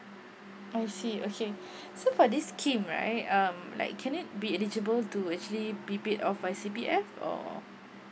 I see okay so for this scheme right um like can it be eligible do actually be paid of my C_P_F or